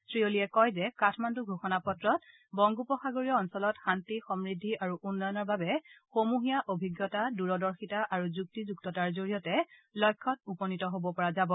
শ্ৰীঅলিয়ে কয় যে কাঠমাণ্ডু ঘোষণা পত্ৰত বংগোপ উপসাগৰীয় অঞ্চলত শান্তি সমূদ্ধি আৰু উন্নয়নৰ বাবে সমূহীয়া অভিজ্ঞতা দূৰদৰ্শিতা আৰু যুক্তিযুক্ততাৰ জৰিয়তে লক্ষ্যত উপনীত হব পৰা যাব